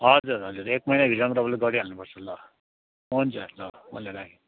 हजुर हजुर एक महिनाभित्रमा तपाईँले गरिहाल्नुपर्छ ल हुन्छ हुन्छ मैले राखेँ